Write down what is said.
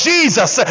Jesus